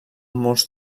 molts